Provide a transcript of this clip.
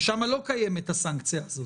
ושם לא קיימת הסנקציה הזאת.